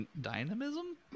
dynamism